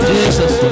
Jesus